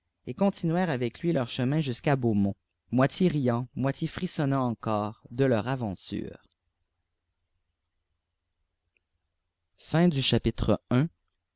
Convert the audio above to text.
et continuèrent avec lui leur chemin jusqu'à beaumont moitié riant moitié frissonnant encore de leur aventure